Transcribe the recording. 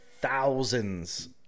thousands